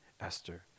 Esther